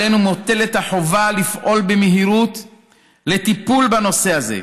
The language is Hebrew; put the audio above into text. עלינו מוטלת החובה לפעול במהירות לטיפול בנושא הזה,